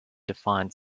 define